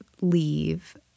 Leave